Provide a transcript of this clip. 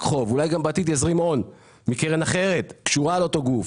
חוב אלא אולי גם בעתיד יזרים הון מקרן אחרת קשורה לאותו גוף.